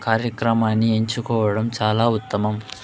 కార్యక్రమాన్ని ఎంచుకోవడం చాలా ఉత్తమం